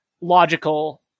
logical